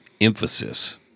emphasis